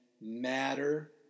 matter